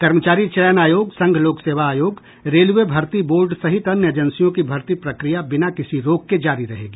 कर्मचारी चयन आयोग संघ लोक सेवा आयोग रेलवे भर्ती बोर्ड सहित अन्य एजेंसियों की भर्ती प्रक्रिया बिना किसी रोक के जारी रहेंगी